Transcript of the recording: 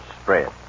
spread